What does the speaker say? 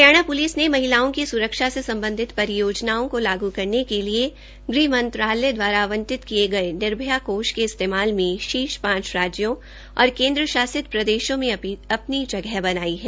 Haryana police ने महिलाओं की सुरक्षा से संबंधित परियोजनाओं को लागू करने के लिए गृह मंत्रालय दवारा आवंटित किए गए निर्भया फंड के इस्तेमाल में शीर्ष पांच राज्यों और केंद्र शासित प्रदेशों में अपनी जगह बनाई है